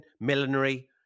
millinery